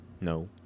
No